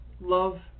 love